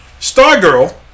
Stargirl